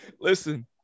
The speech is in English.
listen